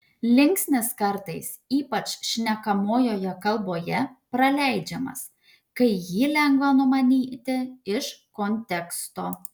linksnis kartais ypač šnekamojoje kalboje praleidžiamas kai jį lengva numanyti iš konteksto